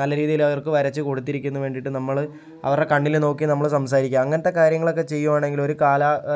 നല്ല രീതിയില് അവർക്ക് വരച്ച് കൊടുത്തിരിക്കുന്ന വേണ്ടിയിട്ട് നമ്മള് അവരുടെ കണ്ണില് നോക്കി നമ്മള് സംസാരിക്കുക അങ്ങനത്ത കാര്യങ്ങളൊക്കെ ചെയ്യുകയാണെങ്കിൽ ഒരു